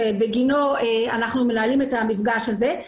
שבגינו אנחנו מנהלים את המפגש הזה,